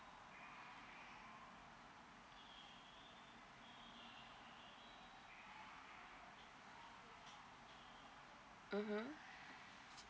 mmhmm